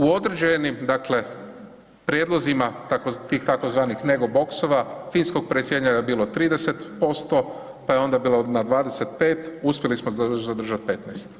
U određenim dakle prijedlozima tih tzv. mega boksova, finskog predsjedanja je bilo 30%, pa je onda bilo na 25 uspjeli smo zadržati 15.